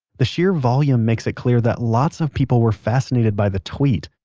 the sheer volume makes it clear that lots of people were fascinated by the tweet.